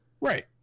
Right